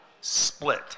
split